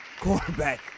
quarterback